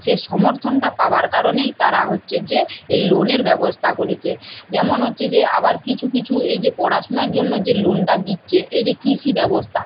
সেই সমর্থনটা পাওয়ার কারণেই তারা হচ্ছে যে এই লোনের ব্যবস্থা করেছে যেমন হচ্ছে যে আবার কিছু কিছু এই যে পড়াশোনার জন্য যে লোনটা দিচ্ছে এই যে কৃষি ব্যবস্থা